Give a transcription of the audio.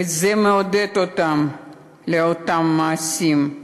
וזה מעודד אותם לאותם מעשים,